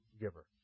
giver